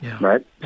right